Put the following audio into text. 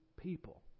people